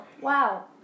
Wow